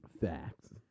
Facts